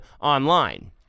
online